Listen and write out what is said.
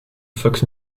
fox